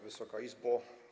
Wysoka Izbo!